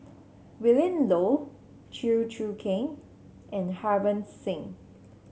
Willin Low Chew Choo Keng and Harbans Singh